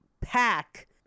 pack